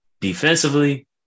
Defensively